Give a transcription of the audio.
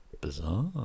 Bizarre